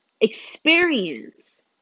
experience